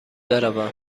بروم